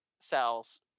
cells